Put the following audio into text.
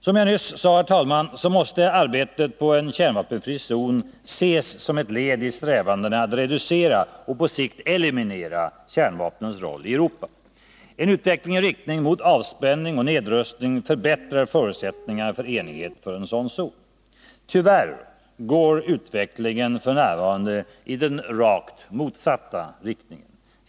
Som jag nyss sade, herr talman, måste arbetet på en kärnvapenfri zon ses som ett led i strävandena att reducera och på sikt eliminera kärnvapnens roll i Europa. En utveckling i riktning mot avspänning och nedrustning förbättrar förutsättningarna för enighet om en sådan zon. Tyvärr går utvecklingen f. n. i den rakt motsatta riktningen.